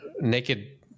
naked